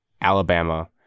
Alabama